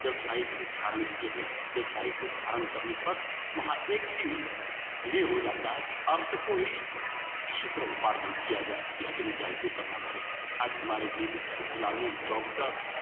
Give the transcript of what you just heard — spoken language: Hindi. व्यावसायिक रूप धारण किए है व्यावसायिक रूप धारण करने पर वहाँ एक ही ध्येय हो जाता है कि अर्थ को ही किसी तरह उपार्जन किया जाए इसके लिए चाहे जो करना पड़े अब हमारे बेगूसराय जिला में डॉक्टर